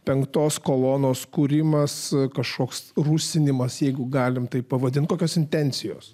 penktos kolonos kūrimas kažkoks rusinimas jeigu galime taip pavadinti kokios intencijos